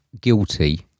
guilty